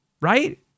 right